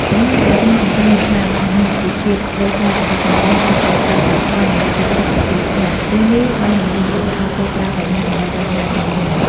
ចំណែកឯ រឿង កញ្ជ្រោងនិងខ្លា បានបង្ហាញពីភាពវៃឆ្លាតរបស់កញ្ជ្រោងក្នុងការប្រើល្បិចកលដើម្បីគេចផុតពីគ្រោះថ្នាក់។ រឿងនេះបានបង្រៀនកុមារឲ្យចេះប្រើប្រាជ្ញាដើម្បីដោះស្រាយបញ្ហា។